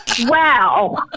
Wow